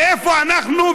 ואיפה אנחנו,